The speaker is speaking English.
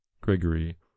Gregory